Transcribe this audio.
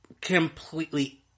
completely